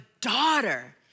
daughter